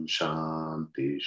Shanti